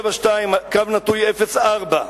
4372/04,